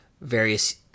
various